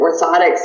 orthotics